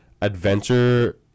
adventure